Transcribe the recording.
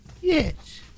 Yes